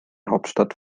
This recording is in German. hauptstadt